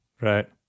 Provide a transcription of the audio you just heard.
Right